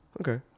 Okay